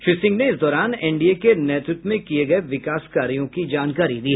श्री सिंह ने इस दौरान एनडीए के नेतृत्व में किये गये विकास कार्यों की जानकारी दी